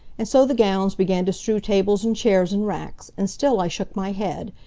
and so the gowns began to strew tables and chairs and racks, and still i shook my head,